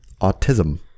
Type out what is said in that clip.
Autism